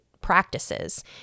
practices